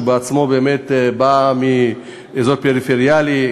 שהוא עצמו באמת בא מאזור פריפריאלי,